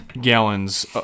gallons